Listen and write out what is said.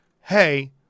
hey